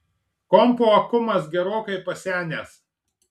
kompo akumas gerokai pasenęs